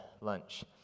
lunch